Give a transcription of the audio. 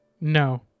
No